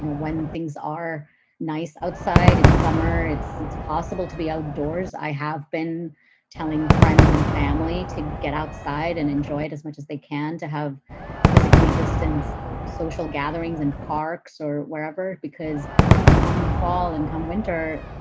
when things are nice outside in summer, it's it's possible to be outdoors. i have been telling friends and family to get outside and enjoy it as much as they can to have physically distance social gatherings in parks or wherever, because come fall and come winter,